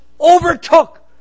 overtook